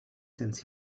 sense